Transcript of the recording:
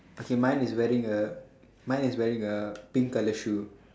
okay mine is wearing a mine is wearing a pink colour shoe